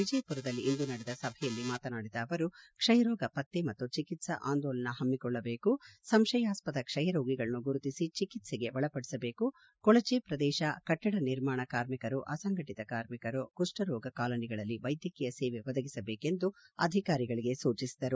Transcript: ವಿಜಯಮರದಲ್ಲಿ ಇಂದು ನಡೆದ ಸಭೆಯಲ್ಲಿ ಮಾತನಾಡಿದ ಅವರು ಕ್ಷಯರೋಗ ಪತ್ತೆ ಮತ್ತು ಚಿಕಿತ್ಸಾ ಆಂದೋಲನ ಹಮ್ನಿಕೊಳ್ಳಬೇಕು ಸಂಶಯಾಸ್ವದ ಕ್ಷಯರೋಗಿಗಳನ್ನು ಗುರುತಿಸಿ ಚಿಕಿತ್ಸೆಗೆ ಒಳಪಡಿಸಬೇಕು ಕೊಳಜೆ ಪ್ರದೇಶ ಕಟ್ಟಡ ನಿರ್ಮಾಣ ಕಾರ್ಮಿಕರು ಅಸಂಘಿಟಿತ ಕಾರ್ಮಿಕರು ಕುಷ್ನರೋಗ ಕಾಲನಿಗಳಲ್ಲಿ ವೈದ್ಯಕೀಯ ಸೇವೆ ಒದಗಿಸಬೇಕು ಎಂದು ಅಧಿಕಾರಿಗಳಿಗೆ ಸೂಚಿಸಿದರು